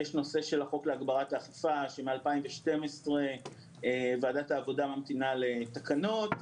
יש נושא של החוק להגברת האכיפה משנת 2012 ועדת העבודה ממתינה לתקנות.